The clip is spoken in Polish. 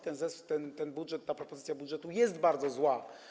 Ten budżet, ta propozycja budżetu jest bardzo zła.